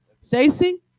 Stacy